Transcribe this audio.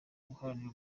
guharanira